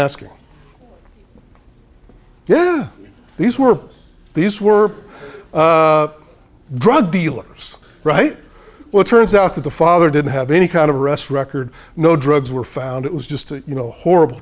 asking yeah these were these were drug dealers right well it turns out that the father didn't have any kind of arrest record no drugs were found it was just you know horrible